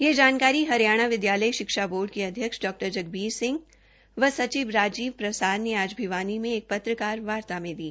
यह जानकारी हरियाणा विद्यालय शिक्षा बोर्ड के अध्यक्ष डॉ जगबीर सिंह एवं सचिव राजीव प्रसाद ने आज भिवानी में एक पत्रकार वार्ता में दी